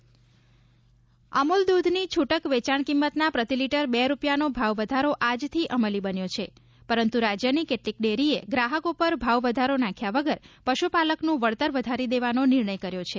દૂધ ભાવવધારો અમૂલ દૂધની છુટક વેચાણ કિંમતના પ્રતિ લીટર બે રૂપિયાનો ભાવવધારો આજથી અમલી બન્યો છે પરંતુ રાજ્યની કેટલીક ડેરીએ ત્રાહક ઉપર ભાવવધારો નાંખ્યા વગર પશુપાલકનું વળતર વધારી દેવાનો નિર્ણય કર્યો છે